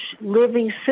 living